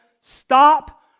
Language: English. stop